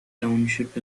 township